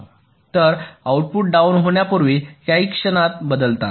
तर output down होण्यापूर्वी काही क्षणात बदलतात